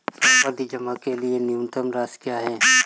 सावधि जमा के लिए न्यूनतम राशि क्या है?